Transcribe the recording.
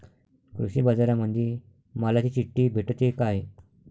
कृषीबाजारामंदी मालाची चिट्ठी भेटते काय?